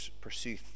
pursue